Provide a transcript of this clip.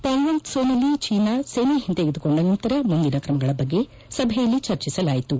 ಪಾಂಗಾಂಗ್ ತ್ಲೋನಲ್ಲಿ ಚೀನಾ ಸೇನೆ ಹಿಂತೆಗೆದುಕೊಂಡ ನಂತರ ಮುಂದಿನ ಕ್ರಮಗಳ ಬಗ್ಗೆ ಸಭೆಯಲ್ಲಿ ಚರ್ಚಿಸಲಾಯಿತು